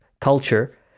culture